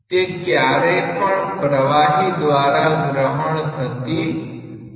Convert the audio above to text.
તે ક્યારેય પણ પ્રવાહી દ્વારા ગ્રહણ થતી નથી